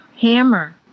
Hammer